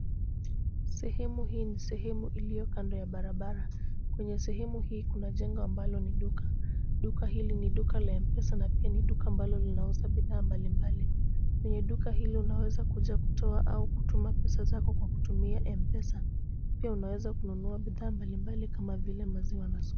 Sehemu hii ni sehemu iliyo kando ya barabara. Kwenye sehemu hii kuna jengo ambalo ni duka. Duka hili ni duka la M-Pesa na pia ni duka ambalo linauza bidhaa mbalimbali. Kwenye duka hilo unaweza kuja kutoa au kutuma pesa zako kwa kutumia M-Pesa. Pia unaweza kununua bidhaa mbalimbali kama vile maziwa na sukari.